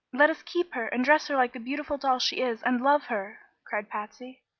let us keep her, and dress her like the beautiful doll she is, and love her! cried patsy.